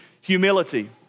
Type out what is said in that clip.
humility